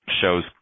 shows